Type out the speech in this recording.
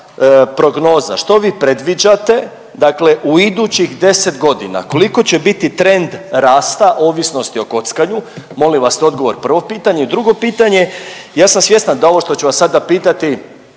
prognoza, što vi predviđate dakle u idućih 10 godina koliko će biti trend rasta ovisnosti o kockanju? Molim vas odgovor prvo pitanje. Drugo pitanje, ja sam svjestan da ovo što ću vas sada pitati